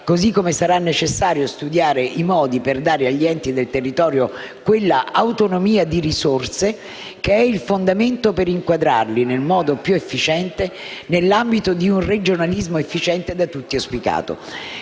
Così com'è sarà necessario studiare i modi per dare agli enti del territorio quell'autonomia di risorse che è il fondamento per inquadrarli nel modo più efficace nell'ambito di un regionalismo efficiente da tutti auspicato.